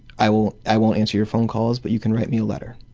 i won't i won't answer your phone calls but you can write me a letter.